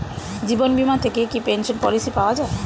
জীবন বীমা থেকে কি পেনশন পলিসি পাওয়া যায়?